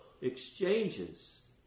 exchanges